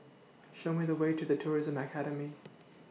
Show Me The Way to The Tourism Academy